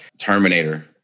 Terminator